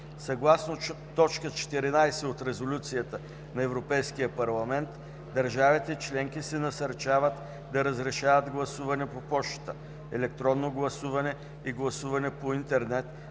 Съгласно т. 14 от Резолюцията на Европейския парламент, държавите членки се насърчават да разрешат гласуване по пощата, електронно гласуване и гласуване по интернет,